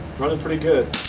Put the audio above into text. runnin' pretty good.